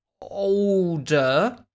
older